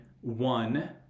one